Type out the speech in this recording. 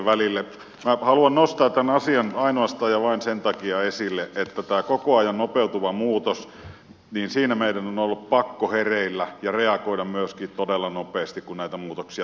minä haluan nostaa tämän asian ainoastaan ja vain sen takia esille että tässä koko ajan nopeutuvassa muutoksessa meidän on pakko olla hereillä ja reagoida myöskin todella nopeasti kun näitä muutoksia tapahtuu